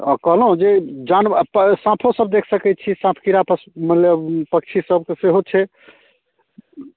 हँ कहलहुँ जे जानवर साँपो सभ देखि सकैत छी साँप कीड़ा पस मतलब पक्षी सभकऽ सेहो छै